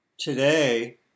today